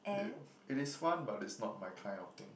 it it is fun but is not my kind of thing